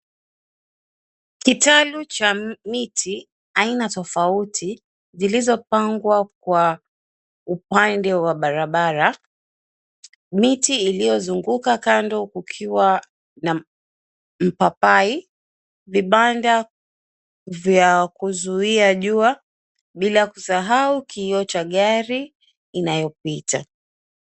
Kitalu cha miti aina tofauti zilizopangwa kwa upande wa barabara, miti iliozunguka kando kukiwa na mpapai, vibanda vya kuzuia jua bila kusahau kioo cha gari inayopita.